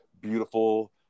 beautiful